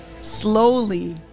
slowly